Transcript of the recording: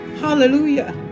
Hallelujah